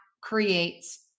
creates